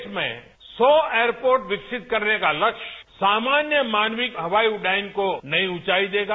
देश में सौ एयरपोर्ट विकसित करने का लक्ष्य सामान्य मानविक हवाई उड्डयन को नई ऊंचाई देगा